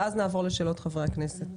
ואז נעבור לשאלות חברי הכנסת.